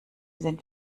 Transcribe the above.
sind